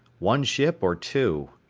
one ship or two?